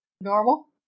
Normal